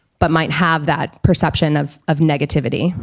but might have that perception of of negativity?